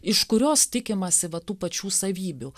iš kurios tikimasi va tų pačių savybių